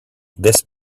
this